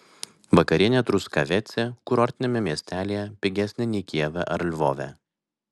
vakarienė truskavece kurortiniame miestelyje pigesnė nei kijeve ar lvove